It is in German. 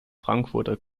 frankfurter